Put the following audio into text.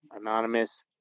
Anonymous